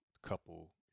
couple